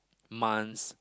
months